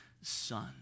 son